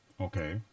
Okay